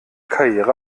karriere